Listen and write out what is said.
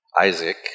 Isaac